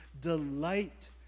delight